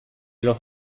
los